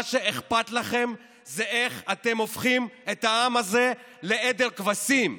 מה שאכפת לכם זה איך אתם הופכים את העם הזה לעדר כבשים,